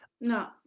No